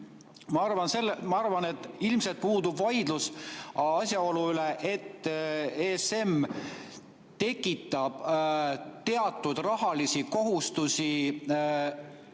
Ma arvan, et ilmselt puudub vaidlus asjaolu üle, et ESM tekitab teatud rahalisi kohustusi